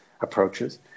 approaches